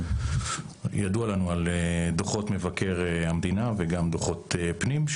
ידוע לנו על דוחות מבקר המדינה וגם דוחות פנים,